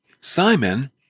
Simon